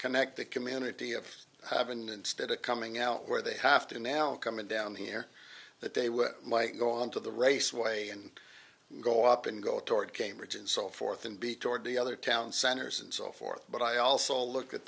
connect the community of haven't instead of coming out where they have to now coming down here that they would might go onto the raceway and go up and go toward cambridge and so forth and be toward the other town centers and so forth but i also look at